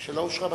לא אושרה בסוף?